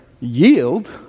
Yield